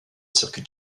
circuit